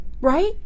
right